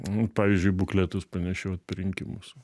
nu pavyzdžiui bukletus panešiot per rinkimus